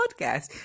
podcast